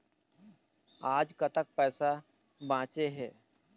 आज कतक पैसा बांचे हे?